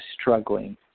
struggling